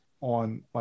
on